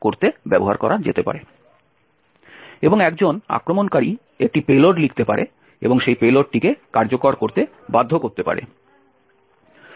এবং একজন আক্রমণকারী একটি পেলোড লিখতে পারে এবং সেই পেলোডটিকে কার্যকর করতে বাধ্য করতে পারে